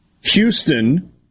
Houston